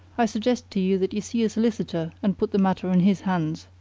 i suggest to you that you see a solicitor and put the matter in his hands.